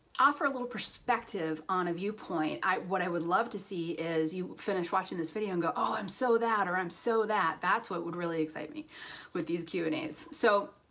offer a little perspective on a viewpoint. what i would love to see is you finish watching this video and go, oh, i'm so that or i'm so that. that's what would really excite me with these q and a's. so,